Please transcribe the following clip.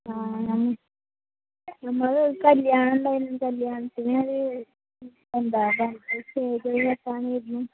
ആ നമ്മള് കല്യാണമുണ്ടായിരുന്നു കല്യാണത്തിന് എന്താണ് സ്റ്റേജില് വെയ്ക്കാനായിരുന്നു